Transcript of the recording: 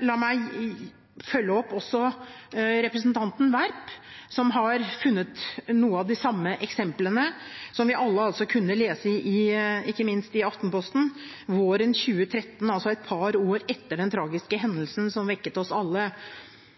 La meg også følge opp representanten Werp, som har funnet noen av de samme eksemplene, som vi alle kunne lese, ikke minst i Aftenposten våren 2013, altså et par år etter den tragiske hendelsen som vekket oss alle.